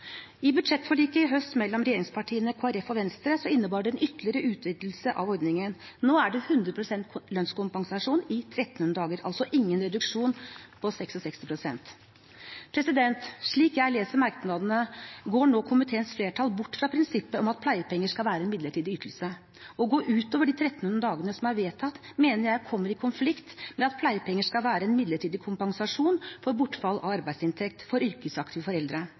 arbeidslivet. Budsjettforliket i høst mellom regjeringspartiene, Kristelig Folkeparti og Venstre innebar en ytterligere utvidelse av ordningen. Nå er det 100 pst. lønnskompensasjon i 1 300 dager, altså ingen reduksjon til 66 pst. Slik jeg leser merknadene, går nå komiteens flertall bort fra prinsippet om at pleiepenger skal være en midlertidig ytelse. Å gå utover de 1 300 dagene som er vedtatt, mener jeg kommer i konflikt med at pleiepenger skal være en midlertidig kompensasjon for bortfall av arbeidsinntekt for yrkesaktive foreldre.